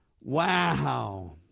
Wow